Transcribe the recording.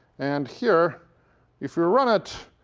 and here if you run it,